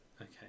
Okay